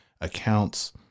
accounts